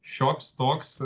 šioks toks